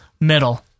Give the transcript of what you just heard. middle